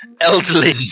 elderly